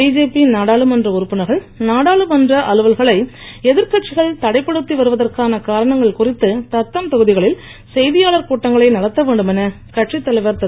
BJP நாடாளுமன்ற உறுப்பினர்கள் நாடாளுமன்ற அலுவல்களை எதிர்கட்சிகள் தடைப் படுத்தி வருவதற்கான காரணங்கள் குறித்து தத்தம் தொகுதிகளில் செய்தியாளர் கூட்டங்களை நடத்த வேண்டும் என கட்சித் தலைவர் திரு